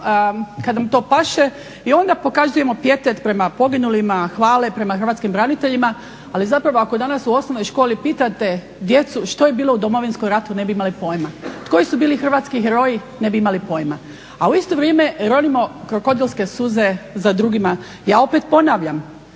kad nam to paše i onda pokazujemo pijetet prema poginulima, hvale prema hrvatskim braniteljima. Ali zapravo ako danas u osnovnoj školi pitate djecu što je bilo u Domovinskom ratu ne bi imali pojma, koji su bili hrvatski heroji ne bi imali pojma. A u isto vrijeme ronimo krokodilske suze za drugima. Ja opet ponavljam